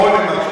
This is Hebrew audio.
במה?